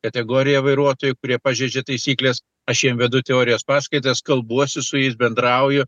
kategorija vairuotojų kurie pažeidžia taisykles aš jiem vedu teorijos paskaitas kalbuosi su jais bendrauju